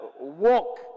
Walk